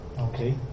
Okay